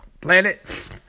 planet